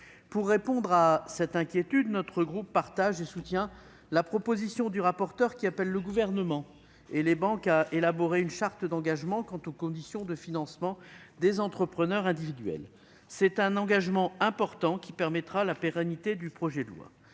Pour répondre à cette inquiétude, notre groupe partage et soutient la proposition du rapporteur, qui appelle le Gouvernement et les banques à élaborer une charte d'engagement quant aux conditions de financement des entrepreneurs individuels. Cet engagement important permettra d'assurer la pérennité du projet de loi.